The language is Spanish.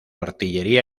artillería